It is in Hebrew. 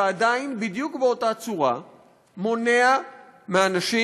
שעדיין בדיוק באותה צורה מונע מאנשים